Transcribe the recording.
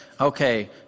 Okay